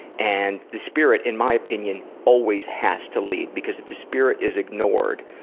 and the spirit in my opinion always has to lead, because if the spirit is ignored,